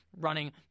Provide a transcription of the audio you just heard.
running